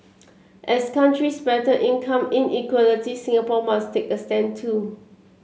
as countries battle income inequality Singapore must take a stand too